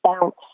bounce